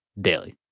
daily